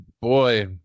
boy